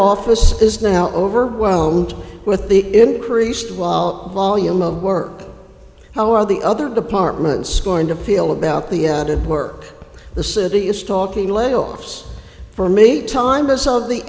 office is now overwhelmed with the increased volume of work how are the other departments going to feel about the added work the city is talking layoffs for me time to solve the